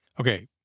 Okay